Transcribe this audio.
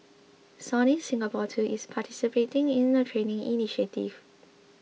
Sony Singapore too is participating in the training initiative